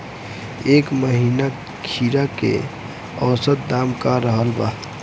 एह महीना खीरा के औसत दाम का रहल बा?